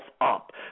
up